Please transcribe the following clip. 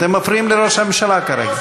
אתם מפריעים לראש הממשלה כרגע.